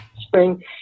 spring